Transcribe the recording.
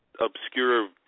obscure